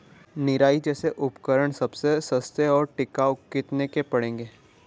निराई जैसे उपकरण सबसे सस्ते और टिकाऊ कितने के पड़ेंगे?